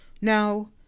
Now